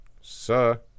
Sir